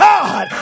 God